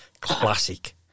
classic